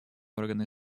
органы